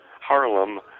Harlem